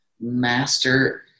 Master